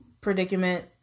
predicament